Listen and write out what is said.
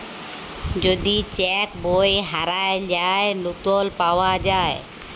যদি চ্যাক বই হারাঁয় যায়, লতুল পাউয়া যায়